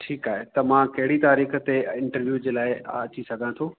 ठीकु आहे त मां कहिड़ी तारीख़ ते इंटरव्यू जे लाइ अची सघां थो